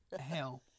hell